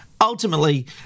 ultimately